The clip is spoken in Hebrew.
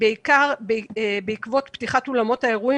בעיקר בעקבות פתיחת אולמות האירועים